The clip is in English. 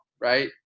right